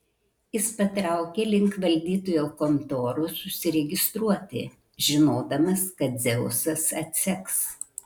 jis patraukė link valdytojo kontoros užsiregistruoti žinodamas kad dzeusas atseks